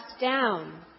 down